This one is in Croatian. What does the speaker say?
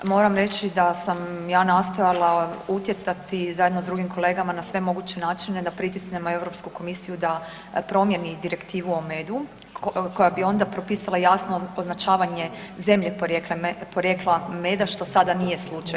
Moram reći da sam ja nastojala utjecati zajedno s drugim kolegama na sve moguće načine da pritisnemo Europsku komisiju da promijeni Direktivu o medu koja bi onda propisala jasno označavanje zemlje porijekla meda, što sada nije slučaj.